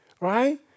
right